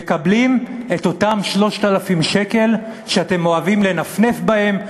מקבלים את אותם 3,000 שקל שאתם אוהבים לנפנף בהם,